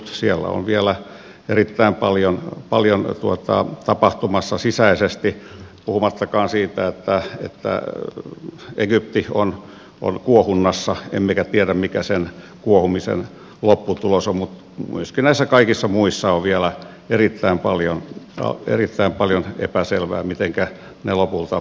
siellä on vielä erittäin paljon tapahtumassa sisäisesti puhumattakaan siitä että egypti on kuohunnassa emmekä tiedä mikä sen kuohumisen lopputulos on mutta myöskin näissä kaikissa muissa on vielä erittäin paljon epäselvää mitenkä ne lopulta asettuvat